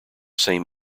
same